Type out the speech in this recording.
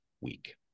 week